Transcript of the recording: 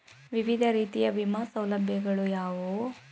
ವಿವಿಧ ರೀತಿಯ ವಿಮಾ ಸೌಲಭ್ಯಗಳು ಯಾವುವು?